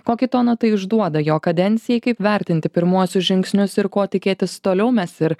kokį toną tai išduoda jo kadencijai kaip vertinti pirmuosius žingsnius ir ko tikėtis toliau mes ir